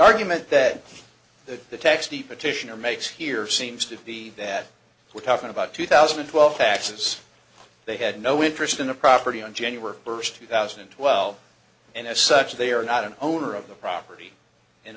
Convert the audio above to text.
argument that that the text the petitioner makes here seems to be that we're talking about two thousand and twelve taxes they had no interest in a property on january first two thousand and twelve and as such they are not an owner of the property and